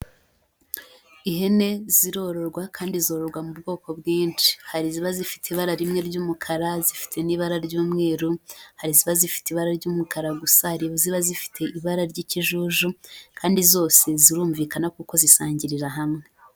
Ihene zirororwa kandi zororwa mu bwoko bwinshi. Hari iziba zifite ibara rimwe ry'umukara zifite n'ibara ry'umweru, hari iziba zifite ibara ry'umukara gusa, hari iziba zifite ibara ry'ikijuju, kandi zose zirumvikana kuko zisangirira hamwe.